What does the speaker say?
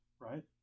Right